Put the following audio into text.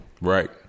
Right